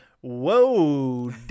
whoa